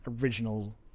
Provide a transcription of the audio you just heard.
original